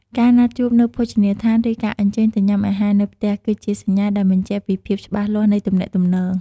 ការណាត់ជួបនៅភោជនីយដ្ឋាន ឬ ការអញ្ជើញទៅញ៉ាំអាហារនៅផ្ទះ គឺជាសញ្ញាដែលបញ្ជាក់ពីភាពច្បាស់លាស់នៃទំនាក់ទំនង។